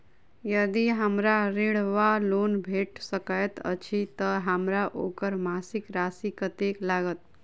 यदि हमरा ऋण वा लोन भेट सकैत अछि तऽ हमरा ओकर मासिक राशि कत्तेक लागत?